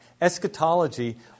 Eschatology